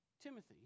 Timothy